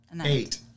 Eight